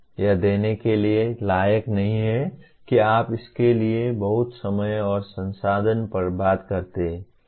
यह देने के लायक नहीं है कि आप इसके लिए बहुत समय और संसाधन बर्बाद करते हैं